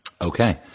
Okay